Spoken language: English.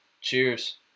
Cheers